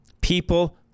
People